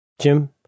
Jim